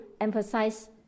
emphasize